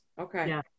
Okay